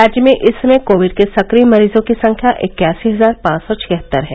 राज्य में इस समय कोविड के सक्रिय मरीजों की संख्या इक्यासी हजार पांच सौ छिहत्तर है